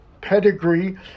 pedigree